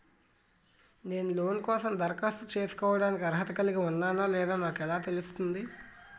నేను లోన్ కోసం దరఖాస్తు చేసుకోవడానికి అర్హత కలిగి ఉన్నానో లేదో నాకు ఎలా తెలుస్తుంది?